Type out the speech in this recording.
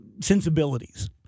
sensibilities